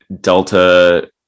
Delta